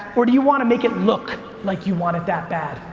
or do you want to make it look like you want it that bad?